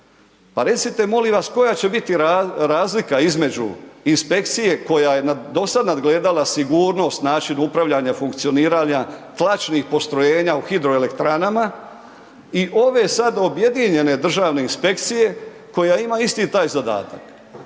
pa recite molim vas, koja će biti razlika između inspekcije, koja je do sada nadgledala sigurnost, način upravljanja, funkcioniranja, tlačnih postrojenja u hidroelektranama i ove sada objedinjene državne inspekcije, koja ima isti taj zadatak.